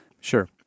Sure